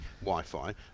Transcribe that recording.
Wi-Fi